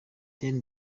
diane